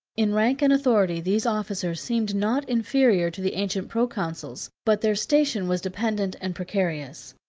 in rank and authority these officers seemed not inferior to the ancient proconsuls but their station was dependent and precarious.